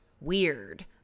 weird